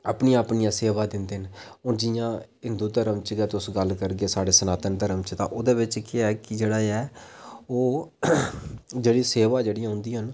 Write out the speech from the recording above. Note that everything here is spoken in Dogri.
अपनियां अपनियां च सेवा दिंदे न हून जि'यां हिंदू धर्म च तुस गल्ल करगे तुस साढ़े सनातन धर्म च तां ओह्दे बिच्च केह् ऐ कि जेह्ड़ा ऐ ओह् जेह्ड़ी सेवा जेह्ड़ियां होंदियां न